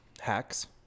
Hacks